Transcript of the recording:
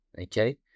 okay